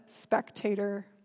spectator